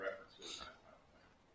references